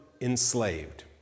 enslaved